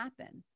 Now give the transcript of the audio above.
happen